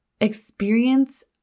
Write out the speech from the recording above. experience